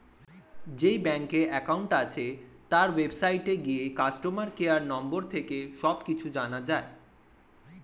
যেই ব্যাংকে অ্যাকাউন্ট আছে, তার ওয়েবসাইটে গিয়ে কাস্টমার কেয়ার নম্বর থেকে সব কিছু জানা যায়